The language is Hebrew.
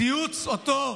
צייץ אותו,